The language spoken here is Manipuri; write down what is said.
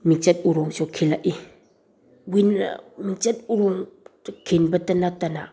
ꯃꯤꯡꯆꯠ ꯎꯔꯣꯡꯁꯨ ꯈꯤꯜꯂꯛꯏ ꯃꯤꯡꯆꯠ ꯎꯔꯣꯡꯗꯨ ꯈꯤꯟꯕꯗ ꯅꯠꯇꯅ